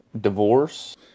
Divorce